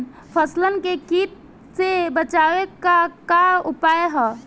फसलन के कीट से बचावे क का उपाय है?